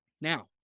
Now